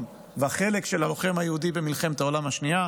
והחלק של הלוחם היהודי במלחמת העולם השנייה.